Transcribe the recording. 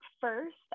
first